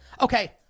Okay